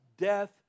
death